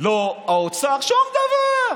לא האוצר, שום דבר?